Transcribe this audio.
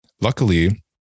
Luckily